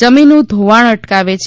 જમીનનું ધોવાણ અટકાવે છે